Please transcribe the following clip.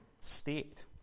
state